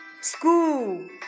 school